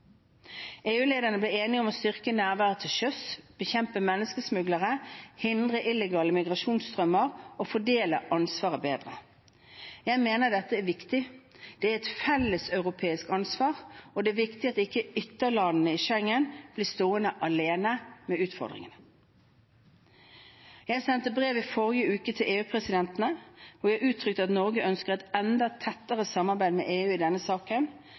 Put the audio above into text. ble enige om å styrke nærværet til sjøs, bekjempe menneskesmuglere, hindre illegale migrasjonsstrømmer og fordele ansvaret bedre. Jeg mener dette er viktig. Det er et felleseuropeisk ansvar, og det er viktig at ikke ytterlandene i Schengen blir stående alene med utfordringene. Jeg sendte brev i forrige uke til EU-presidentene, hvor jeg uttrykte at Norge ønsker et enda tettere samarbeid med EU i denne saken.